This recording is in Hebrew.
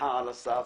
נדחה על הסף.